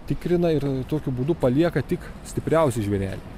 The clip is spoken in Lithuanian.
tikrina ir tokiu būdu palieka tik stipriausi žvėreliai